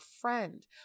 friend